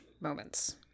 moments